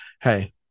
hey